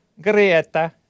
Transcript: Greta